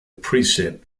preset